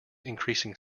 increasing